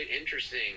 interesting